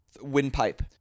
windpipe